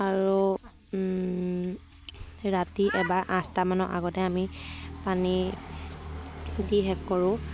আৰু ৰাতি এবাৰ আঠটামানৰ আগতে আমি পানী দি শেষ কৰোঁ